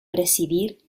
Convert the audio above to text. presidir